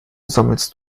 sammelst